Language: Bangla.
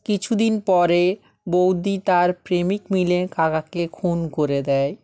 কিছু দিন পরে বৌদি তার প্রেমিক মিলে কাকাকে খুন করে দেয়